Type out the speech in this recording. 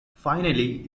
finally